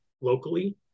locally